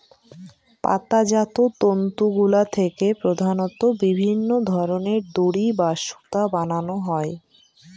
পাতাজাত তন্তুগুলা থেকে প্রধানত বিভিন্ন ধরনের দড়ি বা সুতা বানানো হয়